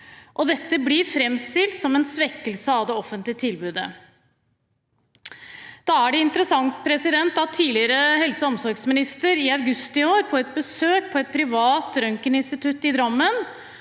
Dette blir framstilt som en svekkelse av det offentlige tilbudet. Da er det interessant at tidligere helse- og omsorgsminister i august i år på et besøk på et privat røntgeninstitutt i Drammen